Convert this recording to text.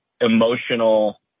emotional